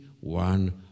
one